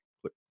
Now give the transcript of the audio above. Click